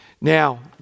Now